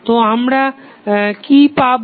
তো আমরা কি পাবো